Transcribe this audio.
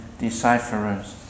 decipherers